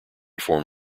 form